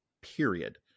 period